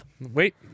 Wait